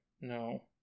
No